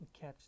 catch